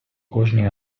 кожній